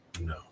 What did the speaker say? no